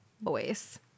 voice